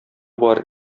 бар